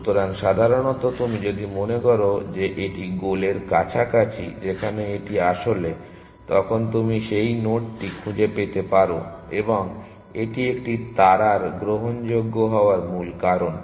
সুতরাং সাধারণত তুমি যদি মনে করো যে এটি গোলের কাছাকাছি যেখানে এটি আসলে তখন তুমি সেই নোডটি খুঁজে পেতে পারো এবং এটি একটি তারার গ্রহণযোগ্য হওয়া মূল কারণ